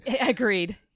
Agreed